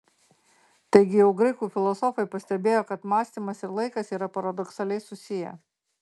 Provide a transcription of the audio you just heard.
taigi jau graikų filosofai pastebėjo kad mąstymas ir laikas yra paradoksaliai susiję